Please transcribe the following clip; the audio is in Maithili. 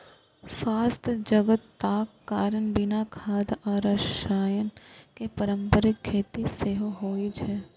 स्वास्थ्य सजगताक कारण बिना खाद आ रसायन के पारंपरिक खेती सेहो होइ छै